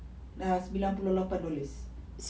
ah sembilan puluh lapan dolar